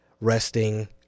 resting